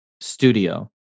studio